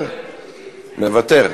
מוותר.